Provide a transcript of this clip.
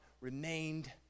remained